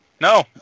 No